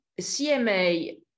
CMA